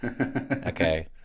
Okay